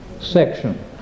section